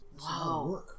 Wow